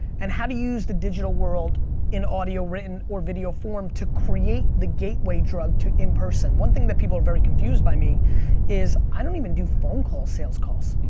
and how do you use the digital world in audio, written or video form to create the gateway drug to in person? one thing that people are very confused by me is i don't even do phone call sales calls.